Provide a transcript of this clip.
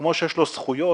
כמו שיש לו זכויות,